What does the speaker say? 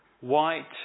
white